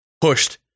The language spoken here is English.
pushed